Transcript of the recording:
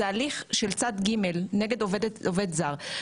זה הליך של צד ג' נגד עובד/עובדת זרה.